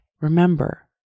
Remember